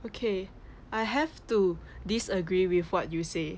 okay I have to disagree with what you say